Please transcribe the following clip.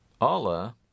Allah